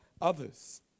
others